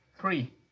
Three